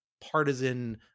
partisan